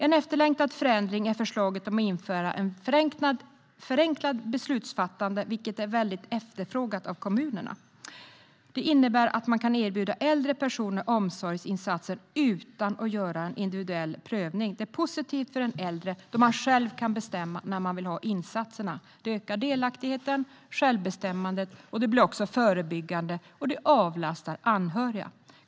En efterlängtad förändring är förslaget om att införa ett förenklat beslutsfattande, vilket är väldigt efterfrågat av kommunerna. Detta innebär att man kan erbjuda äldre personer omsorgsinsatser utan att göra en individuell prövning. Detta är positivt för de äldre, som själva kan bestämma när de vill ha insatserna. Det ökar delaktigheten och självbestämmandet, och det blir också förebyggande och avlastar anhöriga.